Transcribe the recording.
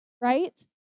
right